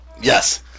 Yes